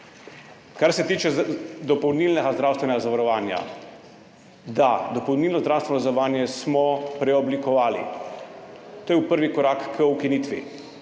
Kar se tiče dopolnilnega zdravstvenega zavarovanja. Da, dopolnilno zdravstveno zavarovanje smo preoblikovali. To je bil prvi korak k ukinitvi.